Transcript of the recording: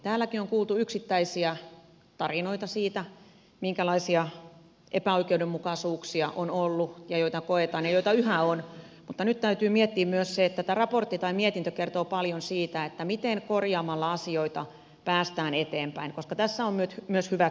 täälläkin on kuultu yksittäisiä tarinoita siitä minkälaisia epäoikeudenmukaisuuksia on ollut koetaan ja yhä on mutta nyt täytyy miettiä myös sitä että tämä mietintö kertoo paljon siitä miten korjaamalla asioita päästään eteenpäin koska tässä on myös hyvät puolensa